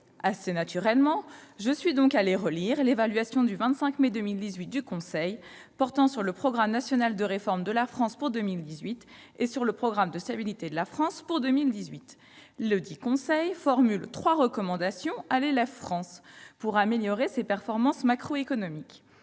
Assez naturellement, j'ai donc relu l'évaluation du 25 mai 2018 du Conseil européen portant sur le programme national de réforme de la France pour 2018 et sur le programme de stabilité de la France pour 2018. Très bien ! Ledit Conseil formule trois recommandations à l'élève France pour améliorer ses performances macroéconomiques.